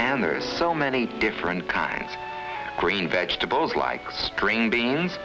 and there's so many different kinds of green vegetables like i string beans